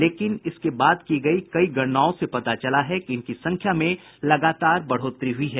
लेकिन इसके बाद की गई कई गणनाओं से पता चलता है कि इनकी संख्या में लगातार बढ़ोतरी हुई है